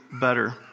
better